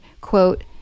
quote